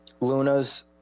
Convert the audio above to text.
Luna's